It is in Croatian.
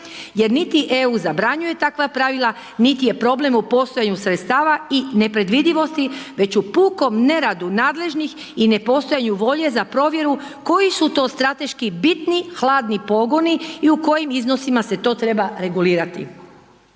jer niti EU zabranjuje takva pravila, niti je problem u postojanju sredstava i nepredvidivosti već u pukom neradu nadležnih i nepostojanju volje za provjeru koji su to strateški bitni hladni pogoni i u kojim iznosima se to treba regulirati.